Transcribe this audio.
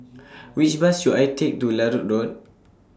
Which Bus should I Take to Larut Road